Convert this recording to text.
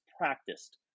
practiced